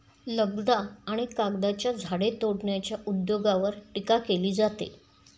लगदा आणि कागदाच्या झाडे तोडण्याच्या उद्योगावर टीका केली जाते